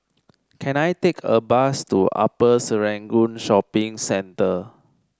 can I take a bus to Upper Serangoon Shopping Centre